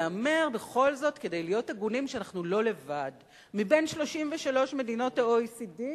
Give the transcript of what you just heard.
ייאמר בכל זאת כדי להיות הגונים שאנחנו לא לבד: מבין 33 מדינות ה-OECD,